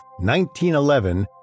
1911